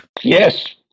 Yes